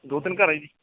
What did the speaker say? ਦੋ ਤਿੰਨ ਘਰ ਹੈ ਜੀ